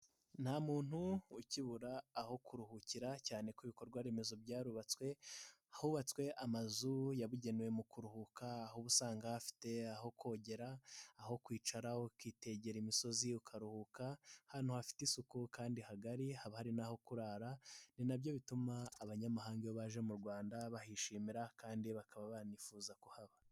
Nta muntu ukibura aho kuruhukira cyane ko ibikorwa remezo byarubatswe. Hubatswe amazu yabugenewe mu kuruhuka. Aho uba usanga hafite aho kogera, aho kwicarara, ukitegera imisozi, ukaruhuka. Ahantu hafite isuku kandi hagari. Haba hari na ho kurara. Ni nabyo bituma abanyamahanga baje mu Rwanda bahishimira kandi bakaba banifuza kuhaba.